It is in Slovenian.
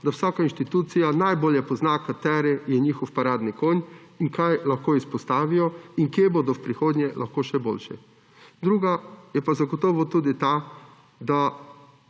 da vsaka inštitucija najbolje pozna, kateri je njihov paradni konj in kaj lahko izpostavijo in kje bodo v prihodnje lahko še boljši. Druga je pa zagotovo tudi ta, da